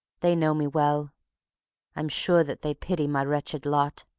they know me well i'm sure that they pity my wretched lot,